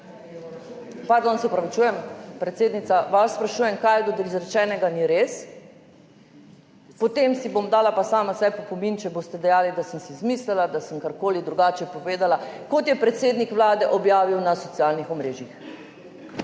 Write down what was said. Pardon, se opravičujem, predsednica, vaju sprašujem, kaj od izrečenega ni res, potem si bom dala pa sama sebi opomin, če boste dejali, da sem si izmislila, da sem karkoli drugače povedala, kot je predsednik Vlade objavil na socialnih omrežjih.